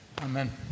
Amen